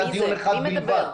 היה דיון אחד בלבד.